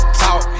talk